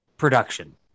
production